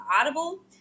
Audible